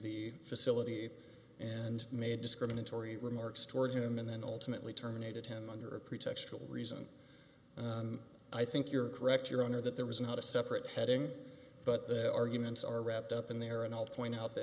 the facility and made discriminatory remarks toward him and then ultimately terminated him under a pretextual reason i think you're correct your honor that there was not a separate heading but the arguments are wrapped up in there and i'll point out th